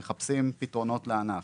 ואנחנו מחפשים פתרונות לענף.